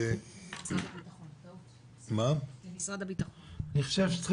אני חושב שצריך